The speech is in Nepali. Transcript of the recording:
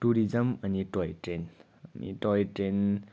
टुरिज्म अनि टोय ट्रेन अनि टोय ट्रेन